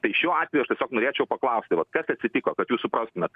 tai šiuo atveju aš tiesiog norėčiau paklausti vat kas atsitiko kad jūs suprastumėt